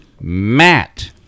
Matt